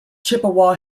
chippewa